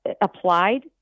applied